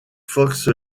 fox